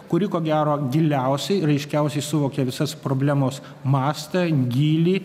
kuri ko gero giliausiai ir aiškiausiai suvokia visas problemos mastą gylį